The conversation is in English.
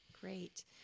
Great